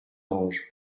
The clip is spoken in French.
anges